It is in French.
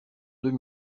deux